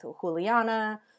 Juliana